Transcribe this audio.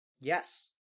Yes